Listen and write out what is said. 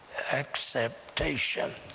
acceptation,